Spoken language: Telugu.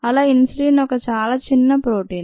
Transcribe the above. అలా ఇన్సులిన్ ఒక చాలా చిన్న ప్రోటీన్